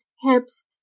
hips